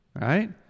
right